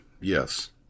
yes